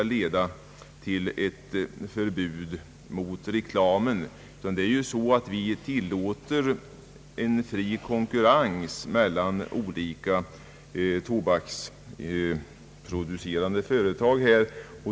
Vi tillåter en fri konkurrens mellan olika tobaksproducerande företag.